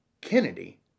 Kennedy